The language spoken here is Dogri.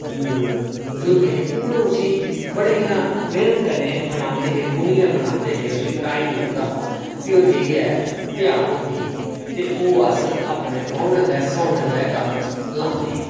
ओह् उसी बड़े मैह्नत कन्नै बनांदे हे बुनियै बनांदे हे उसी टाइम लगदा हा भी ओह् जाइयै त्यार होंदी ही ते ओह् अस बौह्ने ते सौने दे कम्म च लांदे हे